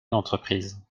d’entreprises